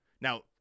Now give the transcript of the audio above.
Now